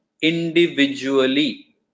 individually